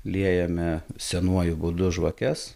liejame senuoju būdu žvakes